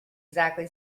exactly